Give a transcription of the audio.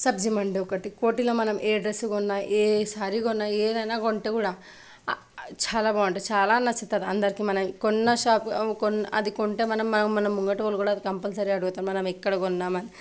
సబ్జీ మండి ఒకటి కోటిలో మనం ఏ డ్రెస్ కొన్న ఏ శారీ కొన్నా ఏదైనా కొంటే కూడా చాలా బాగుంటుంది చాలా నచ్చుతుంది అందరికి మనం కొన్న షాపులో కొన్న అది కొంటే మనం మనం ముంగట వాళ్ళు కూడా కంపల్సరీ అడుగుతారు మనం ఎక్కడ కొన్నాం అని